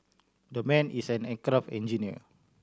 that man is an aircraft engineer